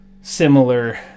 similar